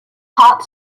hot